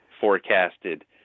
forecasted